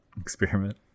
Experiment